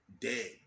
dead